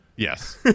Yes